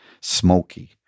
smoky